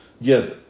Yes